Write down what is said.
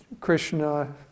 Krishna